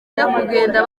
kugenda